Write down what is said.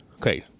Okay